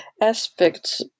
aspects